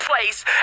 place